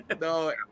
No